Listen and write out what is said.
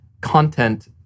content